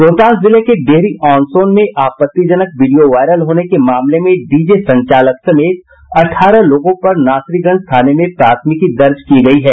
रोहतास जिले के डेहरी ऑन सोन में आपत्तिजनक वीडियो वायरल होने के मामले में डीजे संचालक समेत अठारह लोगों पर नासरीगंज थाने में प्राथमिकी दर्ज की गयी है